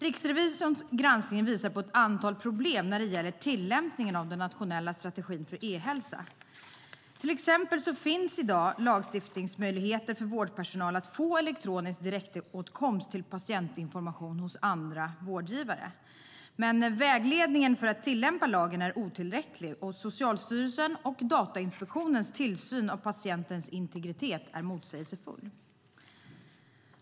Riksrevisorns granskning visar på ett antal problem när det gäller tillämpningen av den nationella strategin för e-hälsa. Till exempel finns i dag lagliga möjligheter för vårdpersonal att få elektronisk direktåtkomst till patientinformation hos andra vårdgivare, men vägledningen för att tillämpa lagen är otillräcklig. Socialstyrelsens och Datainspektionens tillsyn av patientens integritet är motsägelsefull.